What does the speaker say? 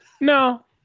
no